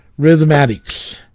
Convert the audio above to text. rhythmatics